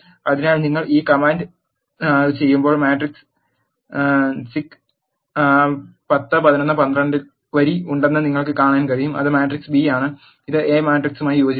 അതിനാൽ നിങ്ങൾ ഈ കമാൻഡ് ചെയ്യുമ്പോൾ മാട്രിക്സ് സിക്ക് 10 11 12 വരി ഉണ്ടെന്ന് നിങ്ങൾക്ക് കാണാൻ കഴിയും അത് മാട്രിക്സ് ബി ആണ് ഇത് എ മാട്രിക്സ് എയുമായി യോജിക്കുന്നു